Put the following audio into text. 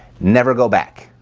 never go back.